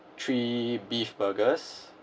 three beef burgers